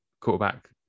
quarterback